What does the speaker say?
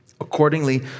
Accordingly